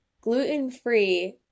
gluten-free